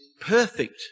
perfect